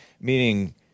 Meaning